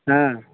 ಹಾಂ